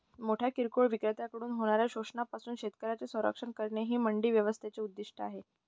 मोठ्या किरकोळ विक्रेत्यांकडून होणाऱ्या शोषणापासून शेतकऱ्यांचे संरक्षण करणे हे मंडी व्यवस्थेचे उद्दिष्ट आहे